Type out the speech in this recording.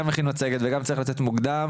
גם הכין מצגת וגם צריך לצאת מוקדם,